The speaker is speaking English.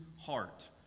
heart